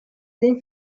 این